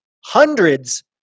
hundreds